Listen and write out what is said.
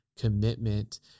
commitment